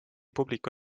publiku